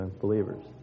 believers